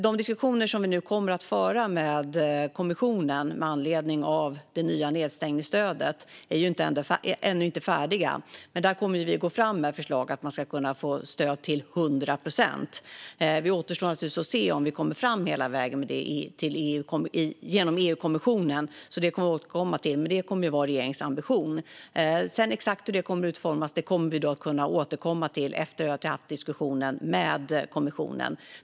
De diskussioner som vi för med EU-kommissionen med anledning av det nya nedstängningsstödet är inte färdiga. Men vi kommer att gå fram med förslaget att man ska kunna få stöd till 100 procent. Vi får se om vi når hela vägen fram i EU-kommissionen, så vi får återkomma om det. Men det är regeringens ambition. Hur stödet exakt kommer att utformas återkommer vi till efter diskussionen med kommissionen.